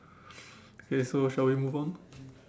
okay so shall we move on